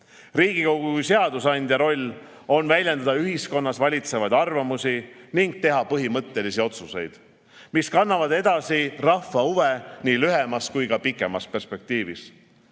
kui seadusandja roll on väljendada ühiskonnas valitsevaid arvamusi ning teha põhimõttelisi otsuseid, mis kannavad edasi rahva huve nii lühemas kui ka pikemas perspektiivis.